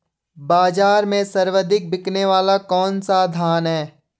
बाज़ार में सर्वाधिक बिकने वाला कौनसा धान है?